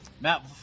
Matt